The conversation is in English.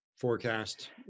forecast